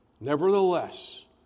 Nevertheless